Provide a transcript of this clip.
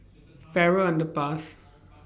Farrer Underpass